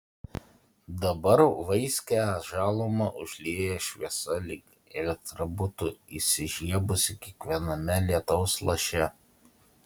dabar vaiskią žalumą užlieja šviesa lyg elektra būtų įsižiebusi kiekviename lietaus laše